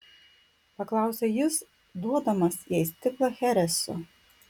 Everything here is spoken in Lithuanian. paklausė jis duodamas jai stiklą chereso